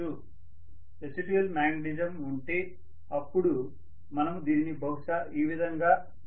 residual magnetism ఉంటే అపుడు మనము దీనిని బహుశా ఈ విధంగా కలిగి ఉండొచ్చు